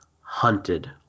hunted